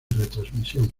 retransmisión